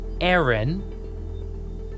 Aaron